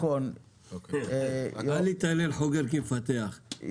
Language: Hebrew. אל יתהלל חוגר כמפתח,